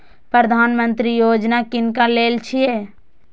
प्रधानमंत्री यौजना किनका लेल छिए?